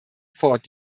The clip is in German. fort